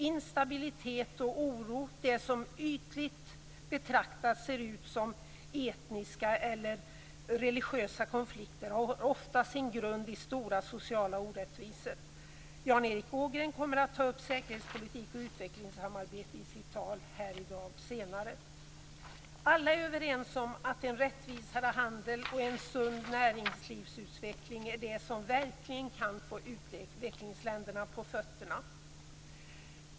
Instabilitet och oro - det som ytligt betraktat ser ut som etniska eller religiösa konflikter - har ofta sin grund i stora sociala orättvisor. Jan Erik Ågren kommer att ta upp säkerhetspolitik och utvecklingssamarbete i sitt tal senare här i dag. Alla är överens om att en rättvisare handel och en sund näringslivsutveckling är det som verkligen kan få utvecklingsländerna på fötter.